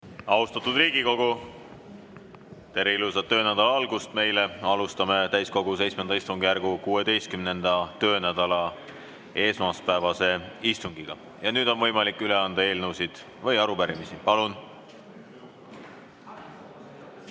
Austatud Riigikogu! Tere ja ilusat töönädala algust meile! Alustame täiskogu VII istungjärgu 16. töönädala esmaspäevast istungit. Nüüd on võimalik üle anda eelnõusid või arupärimisi. Palun!